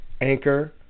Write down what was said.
Anchor